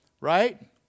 Right